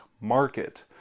market